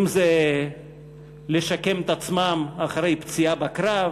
אם לשקם את עצמם אחרי פציעה בקרב,